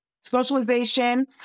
socialization